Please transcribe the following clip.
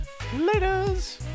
laters